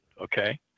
okay